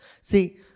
See